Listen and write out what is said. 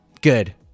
Good